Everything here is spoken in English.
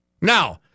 Now